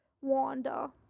Wanda